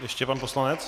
Ještě pan poslanec.